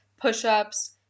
push-ups